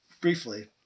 briefly